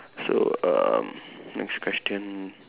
so uh next question